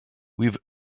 with